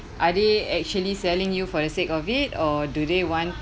are they actually selling you for the sake of it or do they want